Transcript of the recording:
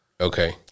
Okay